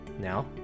Now